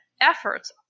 efforts